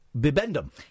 Bibendum